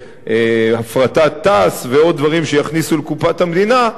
להפרטת תע"ש ועוד דברים שיכניסו לקופת המדינה,